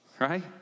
Right